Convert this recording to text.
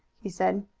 he said.